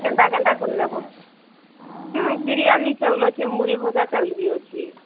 କେନ୍ତା କେନ୍ତା କରିନେବ ବିରିଆନୀ ଚାଉଲ୍ ଅଛି ମୁଢ଼ି ଭଜା ଚାଉଲ୍ ବି ଅଛି